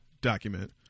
document